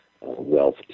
wealth